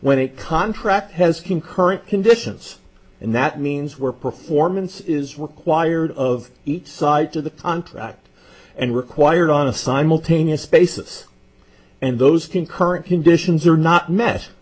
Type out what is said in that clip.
when it contract has concurrent conditions and that means where performance is required of each side to the contract and required on a simultaneous basis and those concurrent conditions are not me